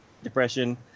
depression